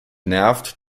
nervt